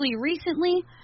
recently